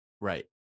Right